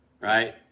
right